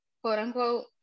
quote-unquote